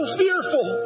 fearful